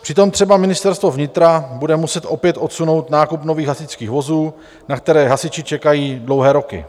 Přitom třeba Ministerstvo vnitra bude muset opět odsunout nákup nových hasičských vozů, na které hasiči čekají dlouhé roky.